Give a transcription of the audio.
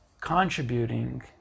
contributing